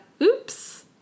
Oops